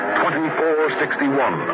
2461